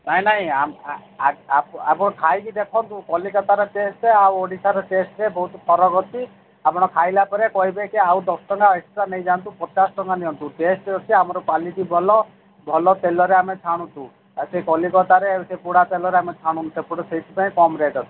ନାଇଁ ନାଇଁ ଆପଣ ଖାଇକି ଦେଖନ୍ତୁ କଲିକତାର ଟେଷ୍ଟ୍ ଆଉ ଓଡ଼ିଶାର ଟେଷ୍ଟ୍ରେ ବହୁତ ଫରକ ଅଛି ଆପଣ ଖାଇଲା ପରେ କହିବେକି ଆଉ ଦଶଟଙ୍କା ଏକ୍ସଟ୍ରା ନେଇଯାଆନ୍ତୁ ପଚାଶ ଟଙ୍କା ନିଅନ୍ତୁ ଆମର ଟେଷ୍ଟ୍ ଅଛି ଆମର କ୍ୱାଲିଟି ଭଲ ଭଲ ତେଲରେ ଆମେ ଛାଣୁଛୁ ଆଉ ସେ କଲିକତାରେ ସେ ପୋଡ଼ା ତେଲରେ ଆମେ ଛାଣୁନୁ ସେପଟୁ ସେଇଥିପାଇଁ କମ୍ ରେଟ୍ ଅଛି